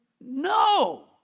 no